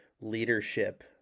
leadership